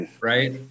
right